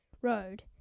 Road